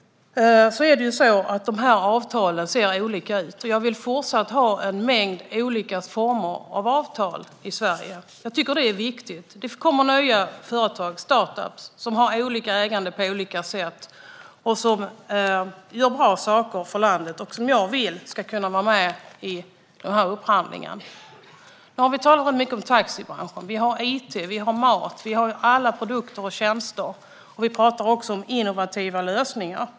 Avtalen ser olika ut. Jag vill även i fortsättningen ha en mängd olika former av avtal i Sverige. Det är viktigt. Det kommer nya företag, startup-företag, ägda på olika sätt. De gör bra saker för landet, och jag vill att de ska kunna vara med i upphandlingar. Vi har talat rätt mycket om taxibranschen. Det finns it, mat, alla produkter och tjänster. Vi talar också om innovativa lösningar.